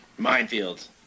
Minefields